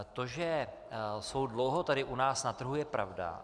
To, že jsou dlouho tady u nás na trhu, je pravda.